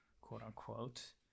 quote-unquote